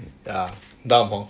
ya dumb hor